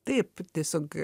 taip tiesiog